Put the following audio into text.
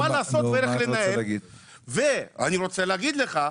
מה לעשות ואיך לנהל ואני רוצה להגיד לך,